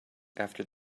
after